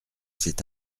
c’est